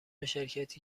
شرکتی